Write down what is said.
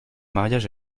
mariage